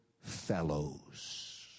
fellows